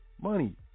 Money